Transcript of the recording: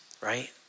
right